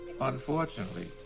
Unfortunately